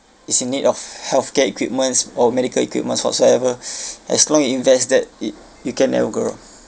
is in need of health care equipments or medical equipments whatsoever as long you invest that it you can never go wrong